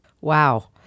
Wow